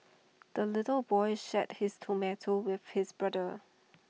the little boy shared his tomato with his brother